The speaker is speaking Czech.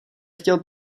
chtěl